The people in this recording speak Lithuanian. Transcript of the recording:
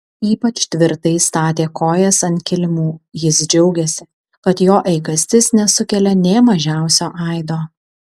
ypač tvirtai statė kojas ant kilimų jis džiaugėsi kad jo eigastis nesukelia nė mažiausio aido